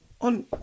On